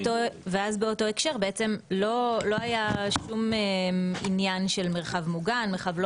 ובאותו הקשר בעצם לא היה עניין של מרחב מוגן או מרחב לא